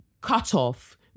cutoff